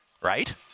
right